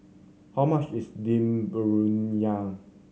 how much is Dum Briyani